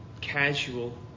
casual